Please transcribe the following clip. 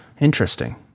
Interesting